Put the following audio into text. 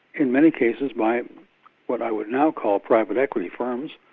in many cases my what i would now call private equity funds,